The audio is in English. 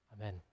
Amen